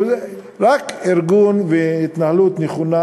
רק ארגון והתנהלות נכונה,